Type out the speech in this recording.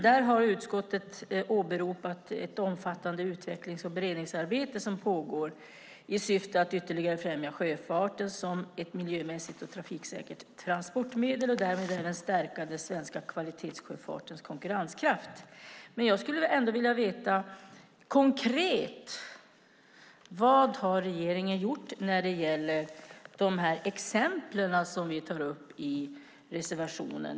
Där har utskottet åberopat ett omfattande utvecklings och beredningsarbete som pågår i syfte att ytterligare främja sjöfarten som ett miljömässigt och trafiksäkert transportmedel och därmed även stärka den svenska kvalitetssjöfartens konkurrenskraft. Men jag skulle ändå vilja veta vad regeringen konkret har gjort när det gäller de exempel som vi tar upp i reservationen.